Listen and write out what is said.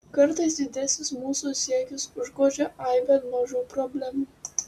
kartais didesnius mūsų siekius užgožia aibė mažų problemų